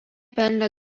pelnė